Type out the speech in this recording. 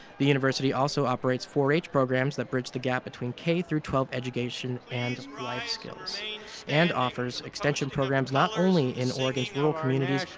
the university also operates four h programs that bridge the gap between k twelve education and life skills and offers extension programs not only in oregon's rural communities,